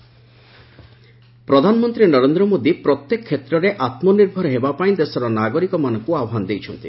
ମନ୍ କୀ ବାତ୍ ପ୍ରଧାନମନ୍ତ୍ରୀ ନରେନ୍ଦ୍ର ମୋଦି ପ୍ରତ୍ୟେକ କ୍ଷେତ୍ରରେ ଆମ୍ନିର୍ଭର ହେବା ପାଇଁ ଦେଶର ନାଗରିକମାନଙ୍କୁ ଆହ୍ୱାନ ଦେଇଛନ୍ତି